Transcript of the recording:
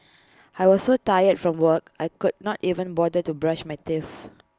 I was so tired from work I could not even bother to brush my teeth